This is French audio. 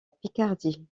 picardie